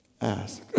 Ask